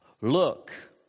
Look